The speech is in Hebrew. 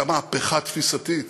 זו הייתה מהפכה תפיסתית,